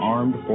Armed